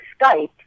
Skype